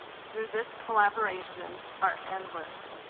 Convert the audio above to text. through this collaboration are endless.